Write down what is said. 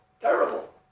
terrible